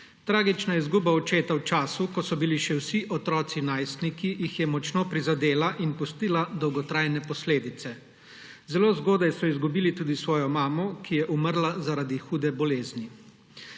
Tragična izguba očeta v času, ko so bili še vsi otroci najstniki, jih je močno prizadela in pustila dolgotrajne posledice. Zelo zgodaj so izgubili tudi svojo mamo, ki je umrla zaradi hude bolezni.